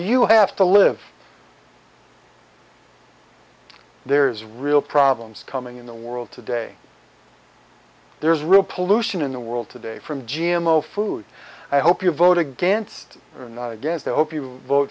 you have to live there's real problems coming in the world today there's real pollution in the world today from g m o food i hope you vote against against i hope you vote